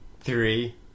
three